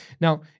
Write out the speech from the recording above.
now